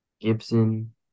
Gibson